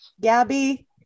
Gabby